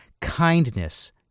kindness